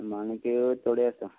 माणक्यो थोड्यो आसा